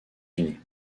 unis